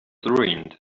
ruined